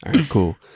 cool